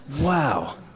Wow